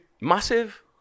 Massive